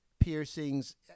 piercings